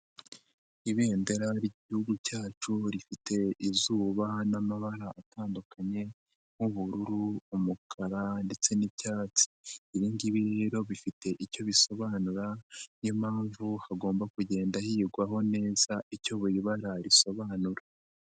Ibendera ry'Igihugu cyacu rifite izuba n'amabara atandukanye nk'ubururu, umukara ndetse n'icyatsi. Ibi ngibi rero bifite icyo bisobanura niyo mpamvu hagomba kugenda higwaho neza icyo buri bara risobanura.